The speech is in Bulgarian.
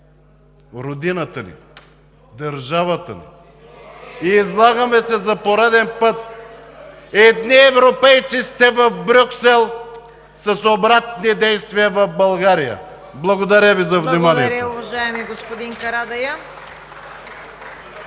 родината ни, държавата ни? Излагаме се за пореден път. Едни европейци сте в Брюксел, с обратни действия в България. Благодаря Ви за вниманието. (Ръкопляскания от ДПС.)